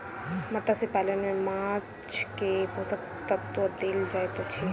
मत्स्य पालन में माँछ के पोषक तत्व देल जाइत अछि